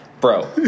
bro